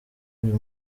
uyu